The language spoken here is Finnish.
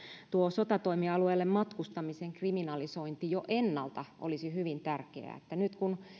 sotatoimialueelle matkustamisen kriminalisointi jo ennalta olisi hyvin tärkeää nyt kun